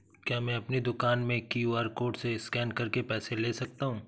क्या मैं अपनी दुकान में क्यू.आर कोड से स्कैन करके पैसे ले सकता हूँ?